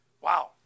Wow